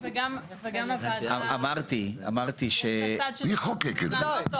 מי חוקק את זה?